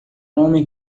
homem